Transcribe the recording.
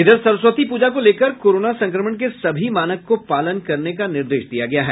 इधर सरस्वती पूजा को लेकर कोरोना संक्रमण के सभी मानक को पालन करने का निर्देश दिया गया है